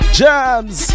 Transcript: jams